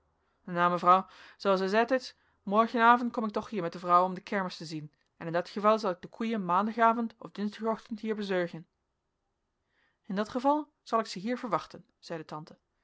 nou mevrouw zoo as ezeid is morgenavond kom ik toch hier met de vrouw om de kermis te zien in dat geval zal ik de koeien maandagavond of dinsdag ochtend hier bezurgen in dat geval zal ik ze hier verwachten zeide tante